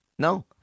No